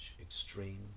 extreme